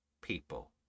people